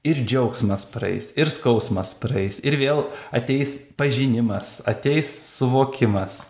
ir džiaugsmas praeis ir skausmas praeis ir vėl ateis pažinimas ateis suvokimas